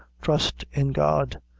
trust in god.